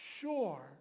sure